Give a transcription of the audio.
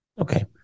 Okay